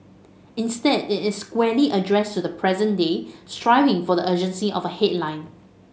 instead it is squarely addressed to the present day striving for the urgency of a headline